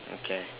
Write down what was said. okay